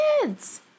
kids